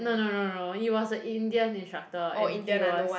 no no no no it was a Indian instructor and he was